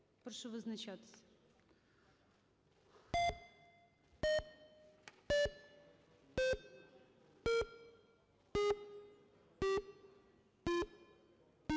Прошу визначатися.